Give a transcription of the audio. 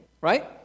right